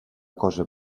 cosa